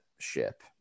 ship